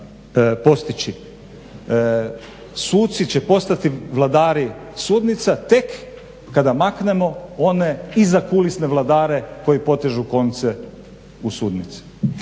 postići. Suci će postati vladari sudnica tek kada maknemo one izakulisne vladare koji potežu konce u sudnici.